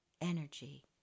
energy